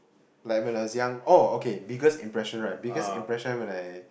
like when I was young oh okay biggest impression right biggest impression when I